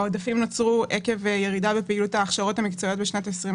העודפים נוצרו עקב ירידה בפעילות ההכשרות המקצועיות בשנת 2020,